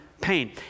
pain